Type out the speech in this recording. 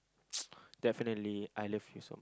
definitely I love you so